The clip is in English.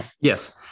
yes